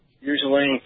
Usually